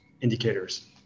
indicators